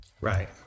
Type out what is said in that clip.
Right